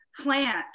plant